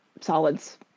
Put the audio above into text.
solids